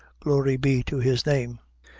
glory be to his name!